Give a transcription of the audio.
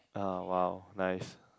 uh !wow! nice